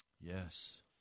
Yes